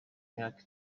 myaka